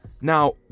Now